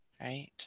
right